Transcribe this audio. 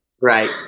Right